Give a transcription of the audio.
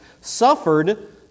suffered